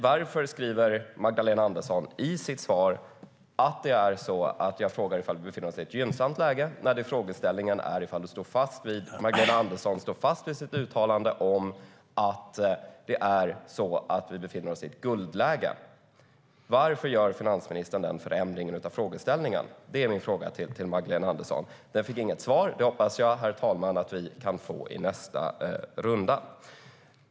Varför skriver Magdalena Andersson i sitt svar att hon står fast vid att vi befinner oss i ett gynnsamt läge? Står hon står fast vid sitt uttalande att vi befinner oss i ett guldläge? Varför ändrar finansministern i frågeställningen? Det är min fråga till Magdalena Andersson. Jag fick dock inget svar, men det hoppas jag att jag kan få i nästa debattrunda.